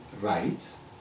rights